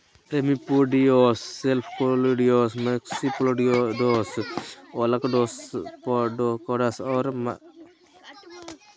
remipedes, cephalocarids, maxillopods, ostracods, और malacostracans, crustaceans के प्रकार होव हइ